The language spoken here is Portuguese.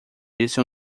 disse